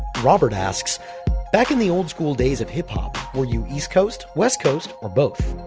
robert asks back in the old school days of hip hop, were you east coast, west coast, or both?